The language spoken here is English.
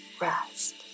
rest